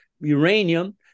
uranium